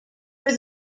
were